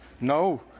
No